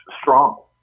strong